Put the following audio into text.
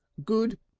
good